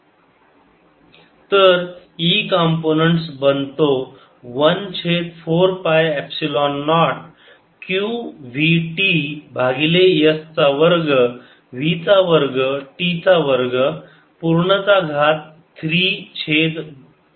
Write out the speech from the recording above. Ecomp Ecosθcosθ vts2v2t2Ecomp 14π0 qvts2v2t232z तर E components बनतो 1 छेद 4 पाय epsilon naught q v t भागिले s चा वर्ग v चा वर्ग t चा वर्ग पूर्ण चा घात 3 छेद 2